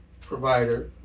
Provider